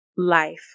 life